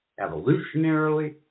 evolutionarily